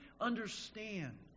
understand